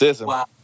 Wow